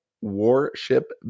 warship